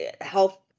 health